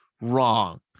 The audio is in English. Wrong